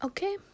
Okay